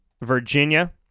Virginia